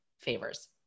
favors